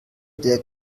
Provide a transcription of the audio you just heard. der